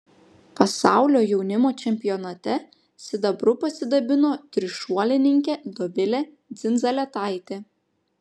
pasaulio jaunimo čempionate sidabru pasidabino trišuolininkė dovilė dzindzaletaitė